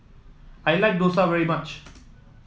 I like Dosa very much